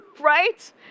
right